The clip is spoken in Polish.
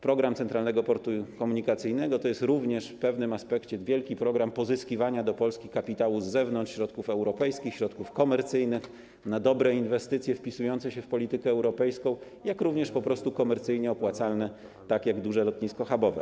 Program Centralnego Portu Komunikacyjnego to jest również w pewnym aspekcie wielki program pozyskiwania do Polski kapitału z zewnątrz, środków europejskich, środków komercyjnych na dobre inwestycje, wpisujące się w politykę europejską, jak również po prostu komercyjnie opłacalne, tak jak duże lotnisko hubowe.